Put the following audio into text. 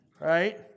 right